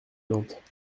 plantes